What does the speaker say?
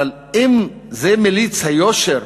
אבל אם זה מליץ היושר